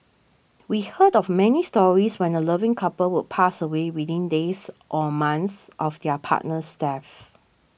we heard of many stories when a loving couple would pass away within days or months of their partner's death